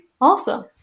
awesome